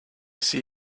see